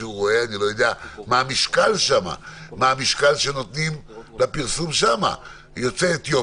מה שאני אומר, לחפש משהו פחות משפטי שיתאים